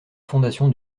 fondation